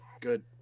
Good